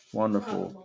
wonderful